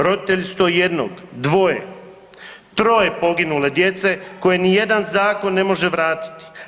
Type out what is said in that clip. Roditelji su to jednog, dvoje, troje poginule djece koje ni jedan zakon ne može vratiti.